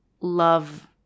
love